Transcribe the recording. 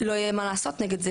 לא יהיה מה לעשות נגד זה.